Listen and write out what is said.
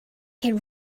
can